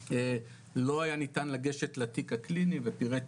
לא היה ניתן לגשת לתיק הקליני ופירט